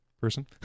person